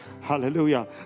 Hallelujah